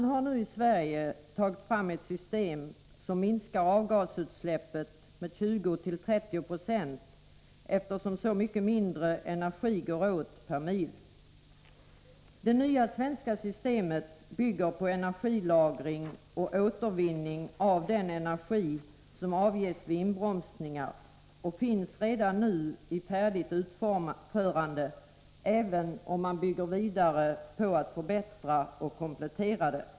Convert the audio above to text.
I Sverige har det nu tagits fram ett system som minskar avgasutsläppet med 20-30 20. Mängden energi som går åt per mil minskar nämligen så mycket. Det nya svenska systemet bygger på energilagring och återvinning av den energi som avges vid inbromsningar. Det finns redan i färdigt utförande, även om man arbetar vidare på att förbättra och komplettera det.